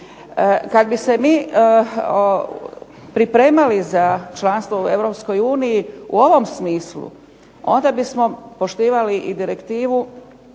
Kad bi se mi pripremali za članstvo u EU u ovom smislu onda bismo poštivali i direktivu